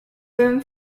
room